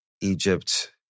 Egypt